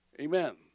Amen